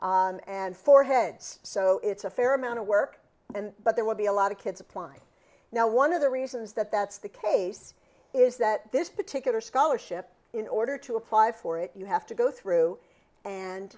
and four heads so it's a fair amount of work and but there will be a lot of kids apply now one of the reasons that that's the case is that this particular scholarship in order to apply for it you have to go through